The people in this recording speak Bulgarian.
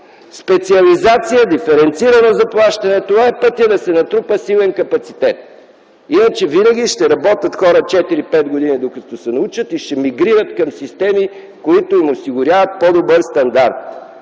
Специализация и диференцирано заплащане – това е пътят да се натрупа силен капацитет. Иначе винаги хората ще работят 4-5 години, докато се научат, и ще мигрират към системи, осигуряващи им по-добър стандарт,